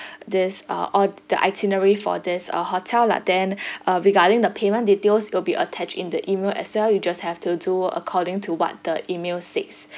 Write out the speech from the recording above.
this uh all the itinerary for this uh hotel lah then uh regarding the payment details it will be attached in the email as well you just have to do according to what the email says